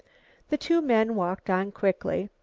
the two men walked on quickly.